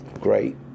great